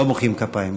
לא מוחאים כפיים בכנסת.